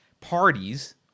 parties